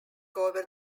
over